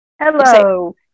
Hello